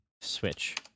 Switch